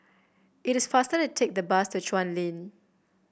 it is faster to take the bus to Chuan Lane